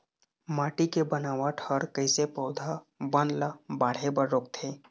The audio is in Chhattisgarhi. माटी के बनावट हर कइसे पौधा बन ला बाढ़े बर रोकथे?